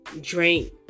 drink